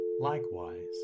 Likewise